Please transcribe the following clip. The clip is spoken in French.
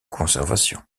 conservation